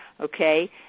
okay